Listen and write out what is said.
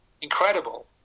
incredible